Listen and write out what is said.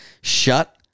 Shut